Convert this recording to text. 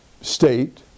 state